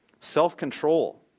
self-control